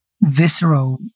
visceral